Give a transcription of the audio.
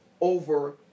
over